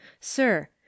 sir